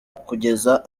kugeza